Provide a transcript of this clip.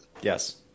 Yes